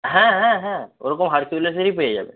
হ্যাঁ হ্যাঁ হ্যাঁ ওরকম হারকিউলিসেরই পেয়ে যাবে